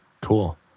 Cool